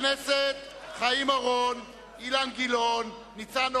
הכנסת חיים אורון, אילן גילאון, ניצן הורוביץ,